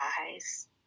eyes